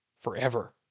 forever